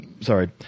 sorry